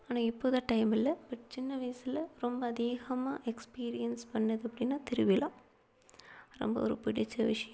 ஆனால் இப்போது தான் டைம் இல்லை பட் சின்ன வயசுல ரொம்ப அதிகமாக எக்ஸ்பீரியன்ஸ் பண்ணிணது அப்படின்னா திருவிழா ரொம்ப ஒரு பிடிச்ச விஷயம்